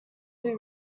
who